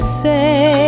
say